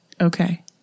Okay